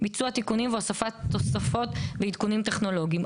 ביצוע תיקונים והוספת תוספות ועדכונים טכנולוגיים,